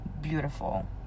beautiful